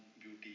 beauty